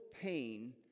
pain